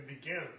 begin